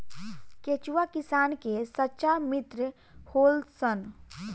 केचुआ किसान के सच्चा मित्र होलऽ सन